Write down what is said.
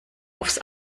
aufs